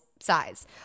size